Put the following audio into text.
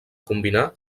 combinar